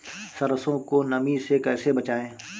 सरसो को नमी से कैसे बचाएं?